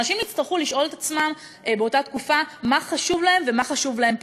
אנשים הצטרכו לשאול את עצמם באותה תקופה מה חשוב להם ומה חשוב להם פחות,